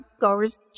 goes